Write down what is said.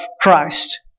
Christ